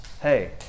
Hey